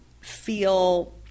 feel